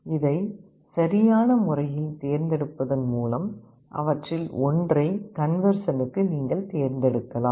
அதை சரியான முறையில் தேர்ந்தெடுப்பதன் மூலம் அவற்றில் ஒன்றை கன்வெர்சனுக்கு நீங்கள் தேர்ந்தெடுக்கலாம்